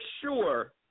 sure